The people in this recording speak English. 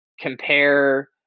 compare –